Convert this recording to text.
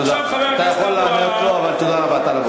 אתה יכול לענות לו, אבל תודה רבה, טלב אבו עראר.